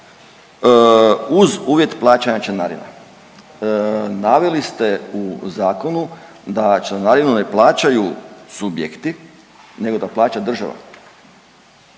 uz uvjet plaćanja članarine. Naveli ste u zakonu da članarinu ne plaćaju subjekti nego da plaća država.